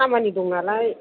खामानि दं नालाय